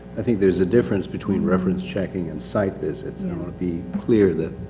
i think there's a difference between reference checking and site visits. yeah. it would be clear that